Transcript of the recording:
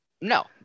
No